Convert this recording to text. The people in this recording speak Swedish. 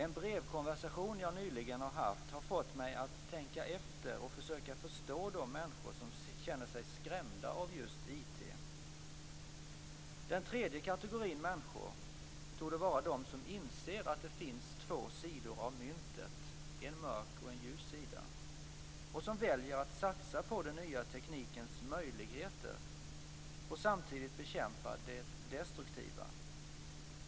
En brevkonversation som jag nyligen har haft har fått mig att tänka efter och försöka förstå de människor som känner sig skrämda av just IT. Den tredje kategorin människor torde vara de som inser att det finns två sidor av myntet - en mörk och en ljus sida - och som väljer att satsa på den nya teknikens möjligheter och samtidigt bekämpa det destruktiva.